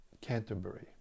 Canterbury